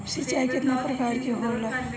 सिंचाई केतना प्रकार के होला?